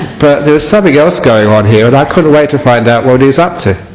but there was something else going on here but i couldn't wait to find out what he is up to.